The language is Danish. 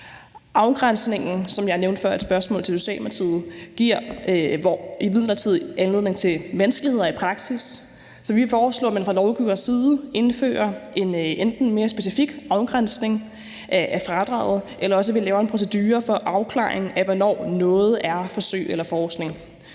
giver imidlertid anledning til vanskeligheder i praksis, så vi foreslår, at man fra lovgivers side enten indfører en mere specifik afgrænsning af fradraget, eller at vi laver en procedure for afklaringen af, hvornår noget er forsøg eller forskning.